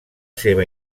seva